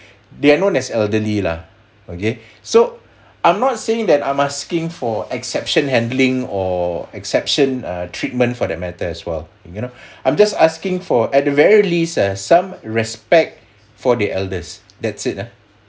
they are known as elderly lah okay so I'm not saying that I'm asking for exception handling or exception uh treatment for that matter as well you know I'm just asking for at the very least ah some respect for their elders that's it ah